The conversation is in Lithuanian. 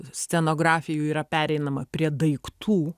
scenografijų yra pereinama prie daiktų